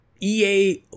ea